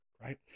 right